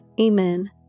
Amen